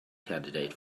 candidate